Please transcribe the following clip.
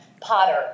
Potter